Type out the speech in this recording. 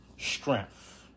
strength